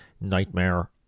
Nightmare